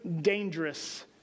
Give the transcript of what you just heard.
dangerous